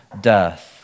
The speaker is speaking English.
death